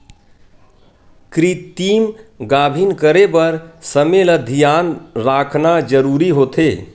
कृतिम गाभिन करे बर समे ल धियान राखना जरूरी होथे